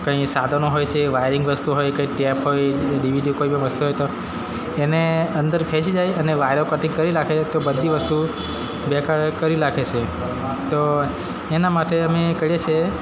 કંઈ સાધનો હોય છે વાયરિંગ વસ્તુ હોય કે કઈ ટેપ હોય ડીવીડી કોઈ બી વસ્તુ હોય તો એને અંદર ખેંચી જાય અને વાયરો કટિંગ કરી નાખે તો બધી વસ્તુ બેકાર કરી નાખે છે તો એના માટે અમે કરીએ છીએ